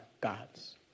God's